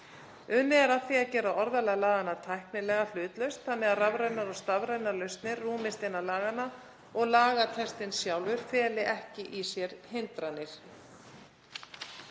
Unnið er að því að gera orðalag laganna tæknilega hlutlaust þannig að rafrænar og stafrænar lausnir rúmist innan laganna og lagatextinn sjálfur feli ekki í sér hindranir.